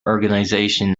organisation